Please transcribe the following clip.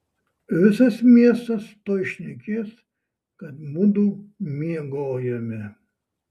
visas miestas tuoj šnekės kad mudu miegojome